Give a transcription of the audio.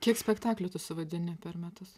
kiek spektaklių tu suvaidini per metus